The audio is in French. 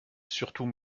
surtout